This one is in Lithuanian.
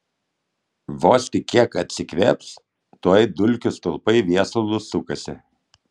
vos tik kiek atsikvėps tuoj dulkių stulpai viesulu sukasi